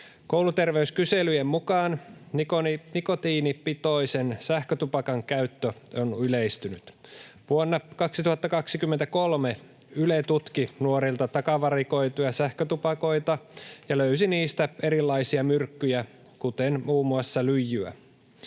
Kouluterveyskyselyjen mukaan nikotiinipitoisen sähkötupakan käyttö on yleistynyt. Vuonna 2023 Yle tutki nuorilta takavarikoituja sähkötupakoita ja löysi niistä erilaisia myrkkyjä, kuten muun muassa lyijyä.